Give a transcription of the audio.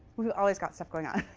we've always got stuff going on.